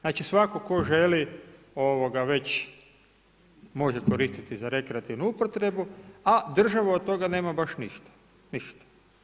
Znači svatko tko želi već može koristiti za rekreativnu upotrebu a država od toga nema baš ništa.